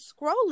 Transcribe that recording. scrolling